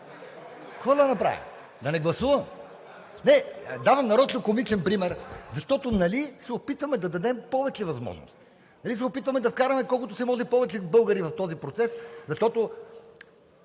Какво да направим – да не гласувам?! (Оживление, реплики.) Не, давам нарочно комичен пример, защото нали се опитваме да дадем повече възможности? Нали се опитваме да вкараме колкото се може повече българи в този процес? Защото